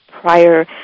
prior